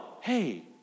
Hey